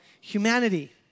humanity